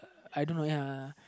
I don't know ya